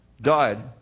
died